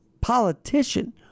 Politician